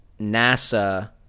NASA